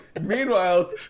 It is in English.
Meanwhile